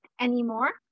anymore